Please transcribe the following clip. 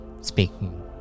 speaking